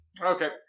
Okay